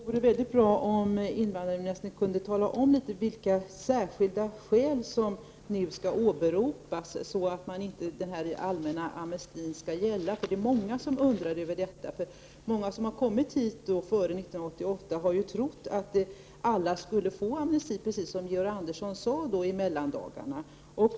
Herr talman! Det vore mycket bra om invandrarministern kunde tala om vilka särskilda skäl som nu skall åberopas för att den allmänna amnestin inte skall gälla, därför att det är många som undrar över detta. Många som har kommit hit före 1988 har ju trott att alla skulle få amnesti, som Georg Andersson sade i mellandagarna.